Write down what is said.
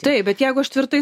bet jeigu aš tvirtai